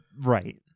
right